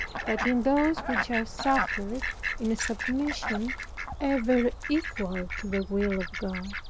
but in those which are suffered in a submission ever equal to the will of god,